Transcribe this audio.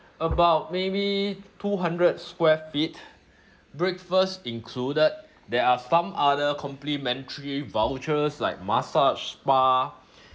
about maybe two hundred square feet breakfast included there are some other complimentary vouchers like massage spa